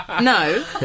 No